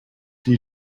you